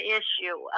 issue